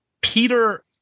peter